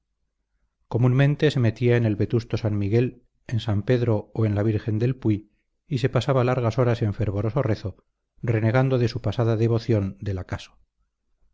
comúnmente se metía en el vetusto san miguel en san pedro o en la virgen del puy y se pasaba largas horas en fervoroso rezo renegando de su pasada devoción del acaso